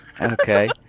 Okay